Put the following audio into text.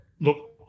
Look